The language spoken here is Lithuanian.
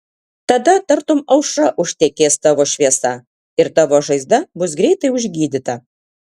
tada tartum aušra užtekės tavo šviesa ir tavo žaizda bus greitai užgydyta